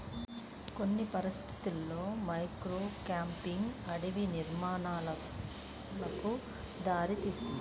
కొన్ని పరిస్థితులలో మోనోక్రాపింగ్ అటవీ నిర్మూలనకు దారితీస్తుంది